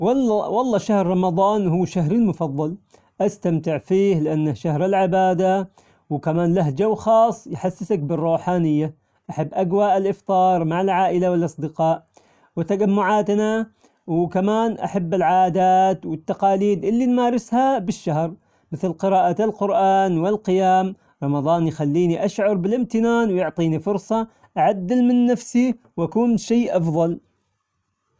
والله- والله شهر رمضان هو شهري المفظل، استمتع فيه لأنه شهر العبادة، وكمان له جو خاص يحسسك بالروحانية، أحب أجواء الإفطار مع العائلة والأصدقاء وتجمعاتنا، وكمان أحب العادات والتقاليد اللي نمارسها بالشهر مثل قراءة القرآن والقيام، رمضان يخليني أشعر بالإمتنان ويعطيني فرصة أعدل من نفسي وأكون شي أفظل.